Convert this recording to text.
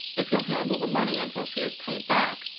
if you'll handle the money until she is paid back,